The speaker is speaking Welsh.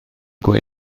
gwyn